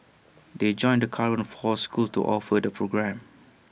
they join the current four schools to offer the programme